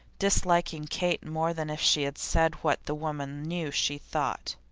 disliking kate more than if she had said what the woman knew she thought.